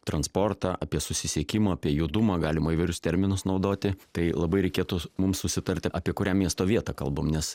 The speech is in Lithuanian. transportą apie susisiekimą apie judumą galima įvairius terminus naudoti tai labai reikėtų mums susitarti apie kurią miesto vietą kalbam nes